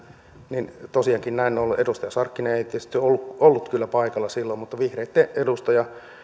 niin tosiaankin näin on ollut edustaja sarkkinen ei tietysti ollut kyllä paikalla silloin mutta vihreitten edustaja